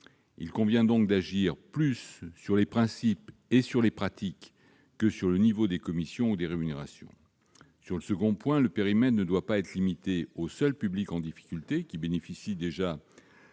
Il convient donc d'agir plus sur les principes et sur les pratiques que sur le montant des commissions ou des rémunérations. Sur le second point, le périmètre ne doit pas être limité au seul public en difficulté, qui bénéficie déjà